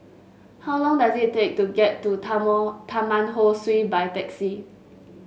how long does it take to get to Tamon Taman Ho Swee by taxi